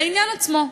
לעניין עצמו,